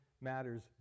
matters